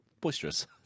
Boisterous